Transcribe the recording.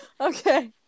Okay